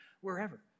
wherever